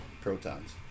Protons